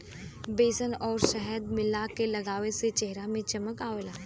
बेसन आउर शहद मिला के लगावे से चेहरा में चमक आवला